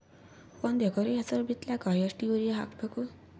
ಒಂದ್ ಎಕರ ಹೆಸರು ಬಿತ್ತಲಿಕ ಎಷ್ಟು ಯೂರಿಯ ಹಾಕಬೇಕು?